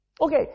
Okay